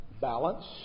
balance